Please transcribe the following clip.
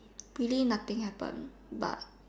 really nothing happened but